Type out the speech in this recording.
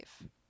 life